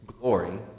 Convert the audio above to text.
glory